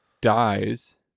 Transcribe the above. dies